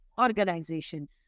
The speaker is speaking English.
organization